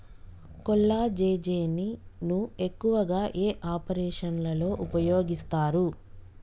కొల్లాజెజేని ను ఎక్కువగా ఏ ఆపరేషన్లలో ఉపయోగిస్తారు?